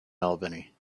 albany